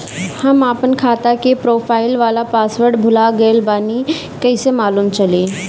हम आपन खाता के प्रोफाइल वाला पासवर्ड भुला गेल बानी कइसे मालूम चली?